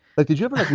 like did you ever,